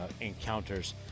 encounters